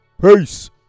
peace